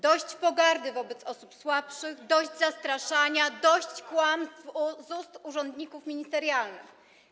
Dość pogardy wobec osób słabszych, dość zastraszania, dość kłamstw z ust urzędników ministerialnych.